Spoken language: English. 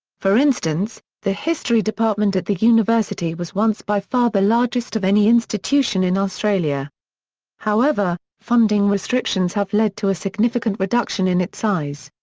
for instance, the history department at the university was once by far the largest of any institution in australia however, funding restrictions have led to a significant reduction in its size.